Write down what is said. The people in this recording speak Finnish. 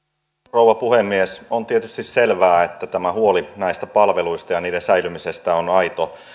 rouva puhemies on tietysti selvää että tämä huoli näistä palveluista ja niiden säilymisestä on aito